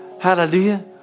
Hallelujah